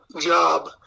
job